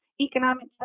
economic